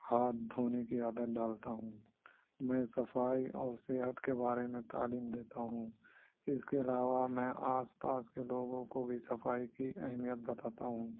ہاتھ دھونے کی عادت ڈالتا ہوں میں صفائی اور صحت کے بارے میں تعلیم دیتا ہوں اس کے علاوہ میں آس پاس کے لوگوں کو بھی صفائی کی اہمیت بتاتا ہوں